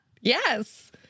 Yes